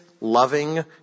loving